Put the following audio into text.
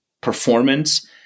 performance